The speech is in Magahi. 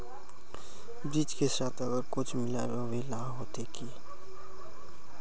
बीज के साथ आर कुछ मिला रोहबे ला होते की?